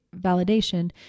validation